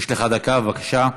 יש לך דקה, בבקשה.